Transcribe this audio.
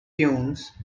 tunes